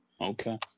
Okay